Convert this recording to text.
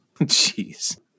Jeez